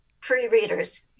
pre-readers